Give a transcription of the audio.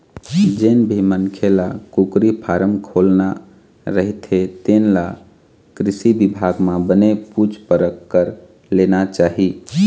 जेन भी मनखे ल कुकरी फारम खोलना रहिथे तेन ल कृषि बिभाग म बने पूछ परख कर लेना चाही